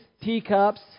teacups